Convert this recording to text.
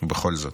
ובכל זאת,